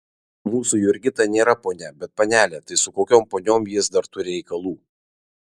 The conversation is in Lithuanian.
mūsų jurgita nėra ponia bet panelė tai su kokiom poniom jis dar turi reikalų